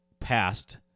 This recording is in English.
past